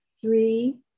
three